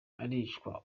aricwa